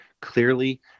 clearly –